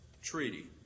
Treaty